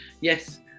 Yes